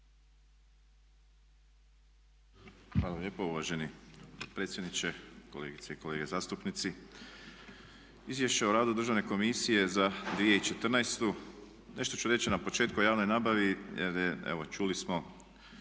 Hvala lijepo uvaženi potpredsjedniče, kolegice i kolege zastupnici. Izvješće o radu Državne komisije za 2014. nešto ću reći na početku o javnoj nabavi, jer je evo